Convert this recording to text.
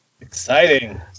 Exciting